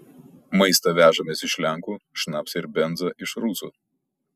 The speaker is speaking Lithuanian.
maistą vežamės iš lenkų šnapsą ir benzą iš rusų